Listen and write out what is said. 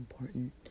important